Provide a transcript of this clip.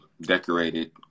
decorated